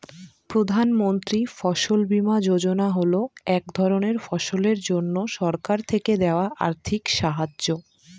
প্রধান মন্ত্রী ফসল বীমা যোজনা হল এক ধরনের ফসলের জন্যে সরকার থেকে দেওয়া আর্থিক সাহায্য